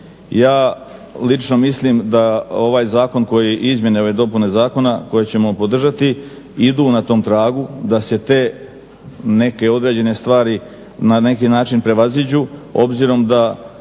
Ja lično mislim da ovaj zakon koji, izmjene i ove dopune zakona koje ćemo podržati idu na tom tragu da se te neke određene stvari na neki način prevaziđu, obzirom da,